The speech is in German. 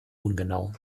ungenau